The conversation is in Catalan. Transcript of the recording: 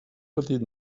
petit